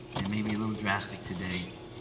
it may be a little drastic today,